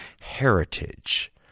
heritage